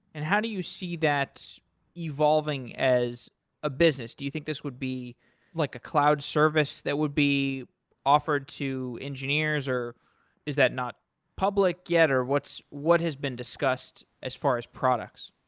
and how do you see that evolving as a business? do you think this would be like a cloud service that would be offered to engineers, or is that not public yet, or what has been discussed as far as products?